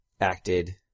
acted